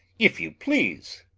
if you please?